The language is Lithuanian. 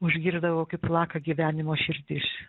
užgirsdavau kaip plaka gyvenimo širdis